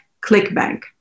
clickbank